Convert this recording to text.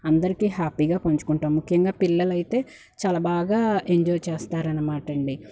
అందరికీ హ్యాపీగా పంచుకుంటాం ముఖ్యంగా పిల్లలైతే చాలా బాగా ఎంజాయ్ చేస్తారనమాటండి